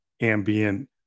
ambient